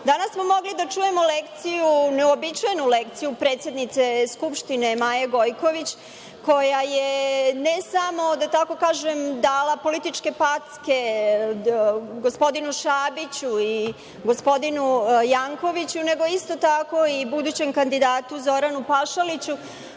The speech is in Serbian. danas. Danas smo mogli da čujemo neuobičajenu lekciju predsednice Skupštine Maje Gojković, koja je ne samo, da tako kažem, dala političke packe gospodinu Šabiću i gospodinu Jankoviću, nego isto tako i budućem kandidatu Zoranu Pašaliću,